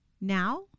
now